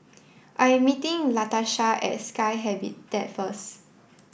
I am meeting Latasha at Sky first